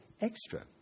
extra